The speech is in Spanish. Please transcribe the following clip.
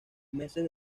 meses